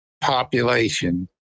population